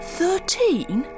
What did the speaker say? thirteen